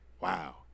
Wow